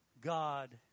God